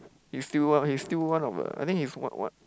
he's still one he's still one of the I think he's one one